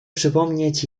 przypomnieć